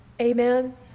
Amen